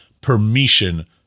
permission